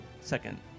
second